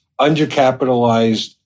undercapitalized